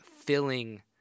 filling